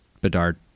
Bedard